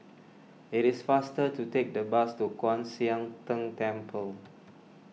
it is faster to take the bus to Kwan Siang Tng Temple